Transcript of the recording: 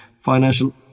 Financial